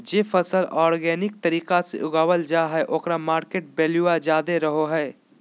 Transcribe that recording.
जे फसल ऑर्गेनिक तरीका से उगावल जा हइ ओकर मार्केट वैल्यूआ ज्यादा रहो हइ